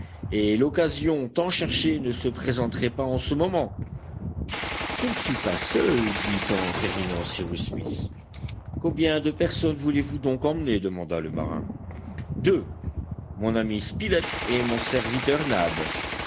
et l'occasion tant cherchée ne se présenterait pas en ce moment je ne suis pas seul dit en terminant cyrus smith combien de personnes voulez-vous donc emmener demanda le marin deux mon ami spilett et mon serviteur nab